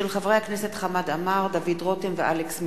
של חברי הכנסת חמד עמאר, דוד רותם ואלכס מילר,